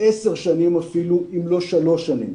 עשר שנים אפילו, אם לא שלוש שנים.